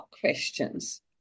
questions